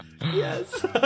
Yes